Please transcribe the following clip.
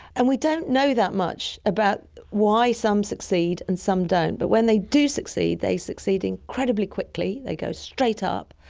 and we don't know that much about why some succeed and some don't, but when they do succeed they succeed incredibly quickly, they go straight up.